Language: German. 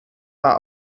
war